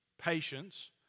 patience